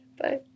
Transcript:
Bye